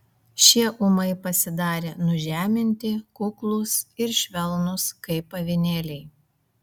šie ūmai pasidarė nužeminti kuklūs ir švelnūs kaip avinėliai